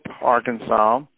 Arkansas